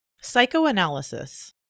Psychoanalysis